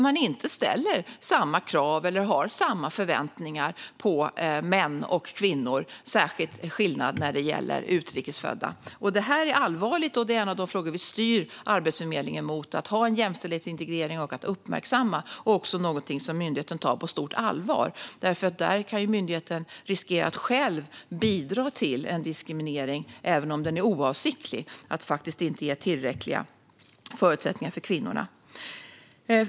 Man ställer inte samma krav eller har samma förväntningar på män och kvinnor, särskilt utrikesfödda kvinnor. Detta är allvarligt, och en av de saker vi styr Arbetsförmedlingen mot är att ha en jämställdhetsintegrering och att vara uppmärksamma. Myndigheten tar detta på stort allvar eftersom man själv riskerar att bidra till diskriminering, även om den är oavsiktlig, och att inte ge kvinnor tillräckliga förutsättningar. Fru talman!